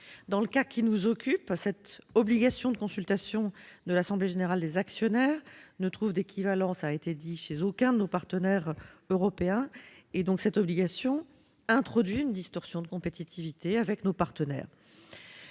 Dans le cas qui nous occupe, cette obligation de consultation de l'assemblée générale des actionnaires ne trouve d'équivalent, cela a été dit, chez aucun de nos partenaires européens et introduit donc une distorsion de compétitivité avec ces derniers.